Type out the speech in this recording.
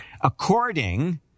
according